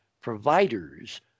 providers